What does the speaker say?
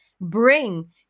bring